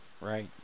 Right